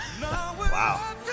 Wow